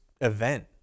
event